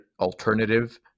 alternative